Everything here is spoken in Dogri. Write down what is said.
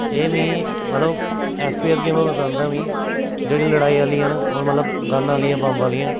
एह् मिगी मतलब ऐसियां गेमां पसंद न मि जेह्ड़ी लड़ाई आह्लियां न होर मतलब गन आह्लियां बम्ब आह्नियां